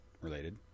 related